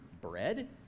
bread